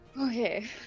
Okay